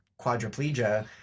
quadriplegia